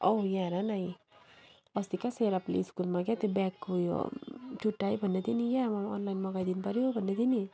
औ यहाँ हेर न इ अस्ति क्या सेरपले स्कुलमा क्या ब्यागको उयो चुटाएँ भन्दैथ्यो नि क्या अनलाइन मगाइदिनु पर्यो भन्दै थिएँ नि